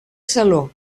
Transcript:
saló